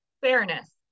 fairness